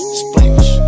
splash